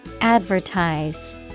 Advertise